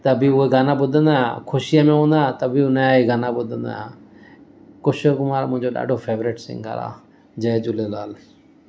त बि उहे गाना ॿुधंदो आहियां ख़ुशीअ में हूंदो आहियां त बि हुन जा ई गाना ॿुधंदो आहियां किशोर कुमार मुंहिंजो ॾाढो फेवरेट सिंगर आहे जय झूलेलाल